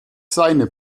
seine